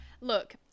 look